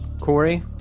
Corey